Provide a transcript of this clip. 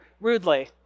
Rudely